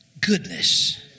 goodness